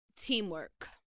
teamwork